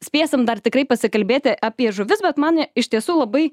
spėsim dar tikrai pasikalbėti apie žuvis bet man iš tiesų labai